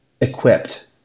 equipped